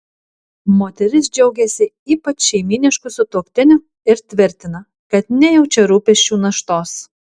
moteris džiaugiasi ypač šeimynišku sutuoktiniu ir tvirtina kad nejaučia rūpesčių naštos